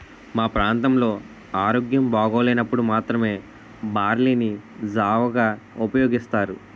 మా ప్రాంతంలో ఆరోగ్యం బాగోలేనప్పుడు మాత్రమే బార్లీ ని జావగా ఉపయోగిస్తారు